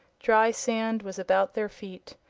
dry sand was about their feet,